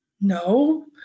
no